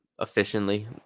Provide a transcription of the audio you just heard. efficiently